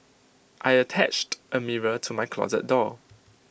I attached A mirror to my closet door